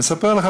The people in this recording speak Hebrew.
אני אספר לך,